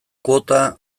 kuota